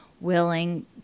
willing